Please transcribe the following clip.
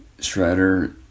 shredder